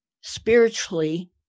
spiritually